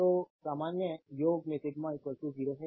तो सामान्य योग में सिग्मा 0 यह है